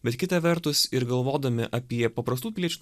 bet kita vertus ir galvodami apie paprastų piliečių